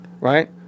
right